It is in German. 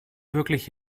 wirklich